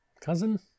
cousin